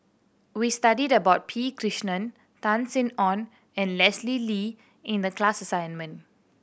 we studied about P Krishnan Tan Sin Aun and Leslie Lee in the class assignment